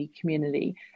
community